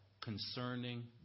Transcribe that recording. concerning